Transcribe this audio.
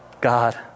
God